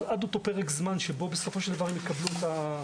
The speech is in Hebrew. באירוע של הפעולה בבתי המלון.